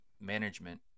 management